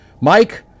Mike